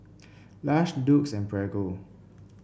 Lush Doux and Prego